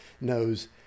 knows